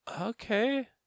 Okay